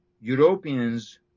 Europeans